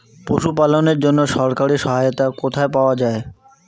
পশু পালনের জন্য সরকারি সহায়তা কোথায় পাওয়া যায়?